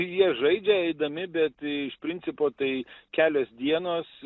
jie žaidžia eidami iš principo tai kelios dienos